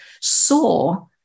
saw